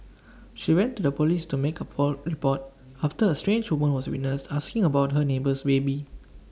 she went to the Police to make A port report after A strange woman was witnessed asking about her neighbour's baby